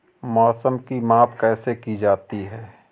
मौसम की माप कैसे की जाती है?